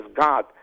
God